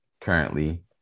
currently